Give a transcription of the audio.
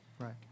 Right